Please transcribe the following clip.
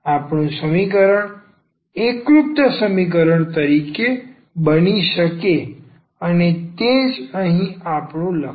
આપણું સમીકરણ એકરૂપતા સમીકરણ તરીકે બની જશે અને તે જ અહીં લક્ષ્ય રાખ્યું છે